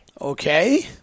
okay